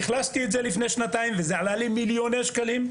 אכלסתי את זה לפני שנתיים וזה עלה לי מיליוני שקלים.